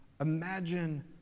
Imagine